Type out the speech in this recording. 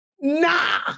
Nah